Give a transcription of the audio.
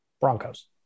Broncos